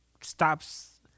stops